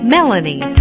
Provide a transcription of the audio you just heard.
Melanie